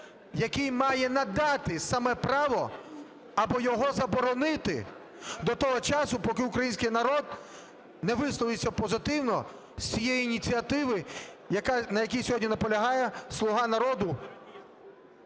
який має надати саме право або його заборонити до того часу, поки український народ не висловиться позитивно з цієї ініціативи, на якій сьогодні наполягає "Слуга народу".